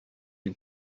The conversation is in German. den